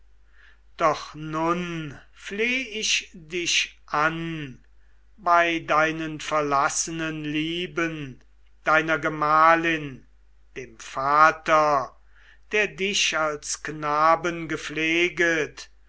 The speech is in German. doch nun fleh ich dich an bei deinen verlassenen lieben deiner gemahlin dem vater der dich als knaben gepfleget